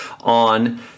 on